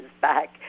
back